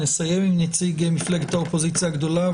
נסיים עם נציג מפלגת האופוזיציה הגדולה,